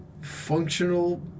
functional